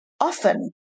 Often